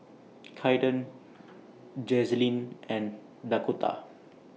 Kaiden Jazlynn and Dakotah